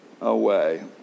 away